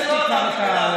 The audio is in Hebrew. זה לא אדם ליברלי.